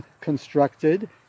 constructed